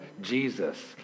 Jesus